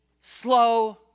Slow